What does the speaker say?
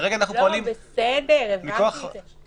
כרגע אנחנו פועלים --- בסדר, הבנתי את זה.